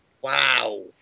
Wow